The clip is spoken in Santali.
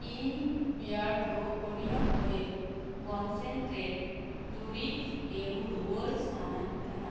ᱤᱧ ᱵᱮᱭᱟᱨᱰᱳ ᱚᱱᱤᱭᱚᱱ ᱳᱭᱮᱞ ᱠᱚᱱᱥᱮᱱᱴᱨᱮᱴ ᱫᱩᱨᱤᱵᱽ ᱮᱢ ᱨᱩᱣᱟᱹᱲ ᱥᱟᱹᱱᱟᱹᱧ ᱠᱟᱱᱟ